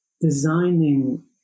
designing